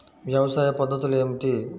వ్యవసాయ పద్ధతులు ఏమిటి?